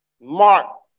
Mark